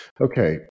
okay